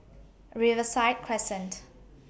Riverside Crescent